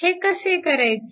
हे कसे करायचे